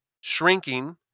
shrinking